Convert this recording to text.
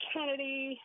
Kennedy